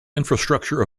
infrastructure